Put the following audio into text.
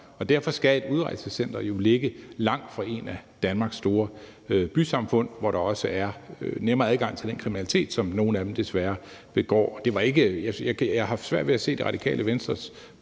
derfor skal et udrejsecenter ligge langt fra et af Danmarks store bysamfund, hvor der også er nemmere adgang til den kriminalitet, som nogle af dem desværre begår. Jeg har svært ved at se Radikale Venstres